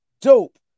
dope